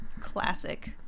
classic